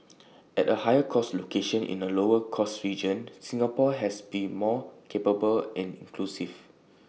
as A higher cost location in A lower cost region Singapore has be more capable and inclusive